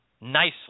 nicely